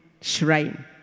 shrine